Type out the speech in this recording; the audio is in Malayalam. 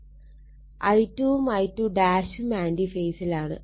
I2 വും I2 ഉം ആൻറി ഫേസിലാണ്